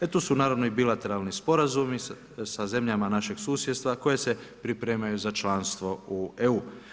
I tu su nepravno i bilateralni sporazumi sa zemljama našeg susjedstva koje se pripremaju za članstvo EU.